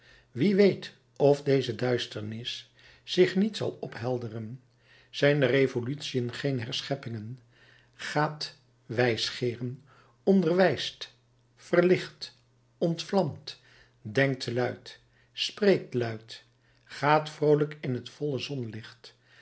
wie weet of deze duisternis zich niet zal ophelderen zijn de revolutiën geen herscheppingen gaat wijsgeeren onderwijst verlicht ontvlamt denkt luidt spreekt luid gaat vroolijk in het volle zonlicht